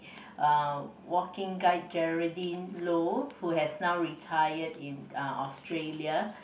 uh walking guide Geraldine Low who has now retired in uh Australia